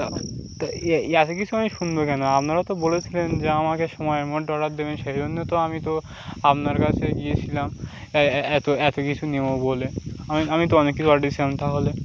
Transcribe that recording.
তা এতো কিছু আমি শুনবো কেন আপনারা তো বলেছিলেন যে আমাকে সময়মতো অর্ডার দেবেন সেই জন্য তো আমি তো আপনার কাছে গিয়েছিলাম এত এত কিছু নেবো বলে আমি আমি তো অনেক কিছু অর্ডার তাহলে